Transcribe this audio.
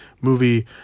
movie